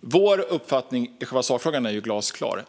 Vår uppfattning i själva sakfrågan är glasklar.